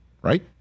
right